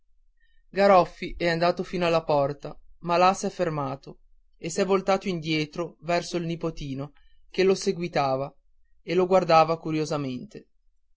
garoffi è andato fino alla porta ma là s'è fermato e s'è volto indietro verso il nipotino che lo seguitava e lo guardava curiosamente